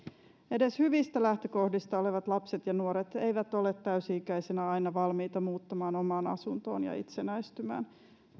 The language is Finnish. edes hyvistä lähtökohdista olevat lapset ja nuoret eivät ole täysi ikäisenä aina valmiita muuttamaan omaan asuntoon ja itsenäistymään